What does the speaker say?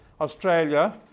Australia